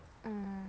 mm